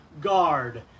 guard